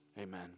amen